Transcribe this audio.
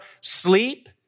sleep